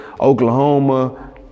Oklahoma